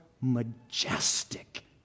majestic